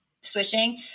switching